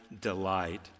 delight